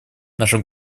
наше